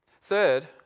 Third